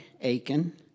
Aiken